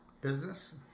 business